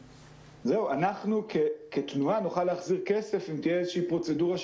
אנחנו כתנועה נוכל להחזיר כסף אם תהיה פרוצדורה של